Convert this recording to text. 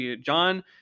John